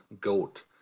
goat